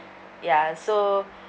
ya so